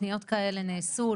פניות כאלה נעשו?